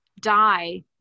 die